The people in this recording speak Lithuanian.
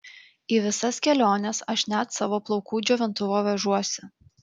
į visas keliones aš net savo plaukų džiovintuvą vežuosi